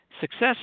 Success